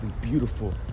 beautiful